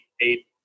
eight